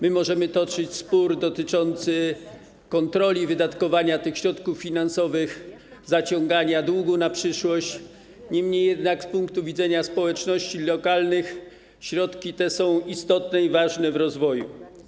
My możemy toczyć spór dotyczący kontroli wydatkowania tych środków finansowych, zaciągania długu na przyszłość, niemniej jednak z punktu widzenia społeczności lokalnych środki te są istotne i ważne w kontekście rozwoju.